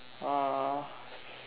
uh